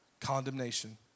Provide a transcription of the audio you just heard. Condemnation